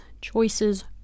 choices